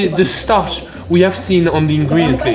the starch we have seen on the ingredient